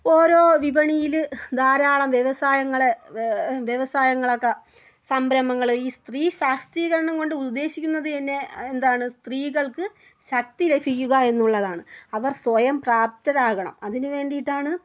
ഓരോ വിപണിയിൽ ധാരാളം വ്യവസായങ്ങൾ വ്യവസായങ്ങളൊക്കെ സംരഭങ്ങൾ ഈ സ്ത്രീ ശാക്തീകരണം കൊണ്ട് ഉദ്ദേശിക്കുന്നത് പിന്നെ എന്താണ് സ്ത്രീകൾക്ക് ശക്തി ലഭിക്കുക എന്നുള്ളതാണ് അവർ സ്വയം പ്രാപ്തരാകണം അതിന് വേണ്ടിയിട്ടാണ്